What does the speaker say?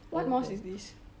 what mosque is this